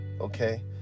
okay